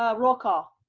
ah roll call.